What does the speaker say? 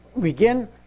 begin